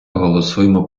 голосуємо